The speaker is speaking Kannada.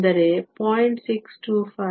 625 ಎಲೆಕ್ಟ್ರಾನ್ ವೋಲ್ಟ್ಗಳು